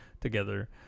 together